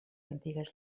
antigues